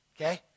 Okay